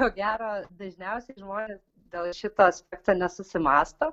ko gero dažniausiai žmonės dėl šito aspekto nesusimąsto